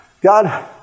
God